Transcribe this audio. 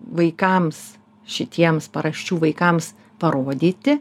vaikams šitiems paraščių vaikams parodyti